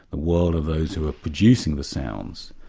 world of those who are producing the sounds,